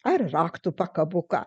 ar raktų pakabuką